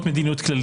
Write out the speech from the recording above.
על מה --- די.